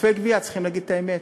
עודפי גבייה, צריכים להגיד את האמת.